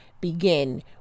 begin